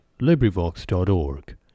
LibriVox.org